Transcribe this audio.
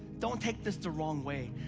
don't take this the wrong way.